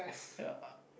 ya